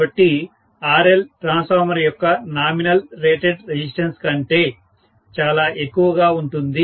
కాబట్టి RL transformer యొక్క nominal rated resistance కంటే చాలా ఎక్కువగా ఉంటుంది